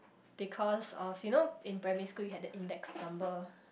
because of you know in primary school you had that index number